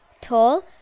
Tall